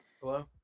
Hello